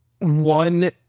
One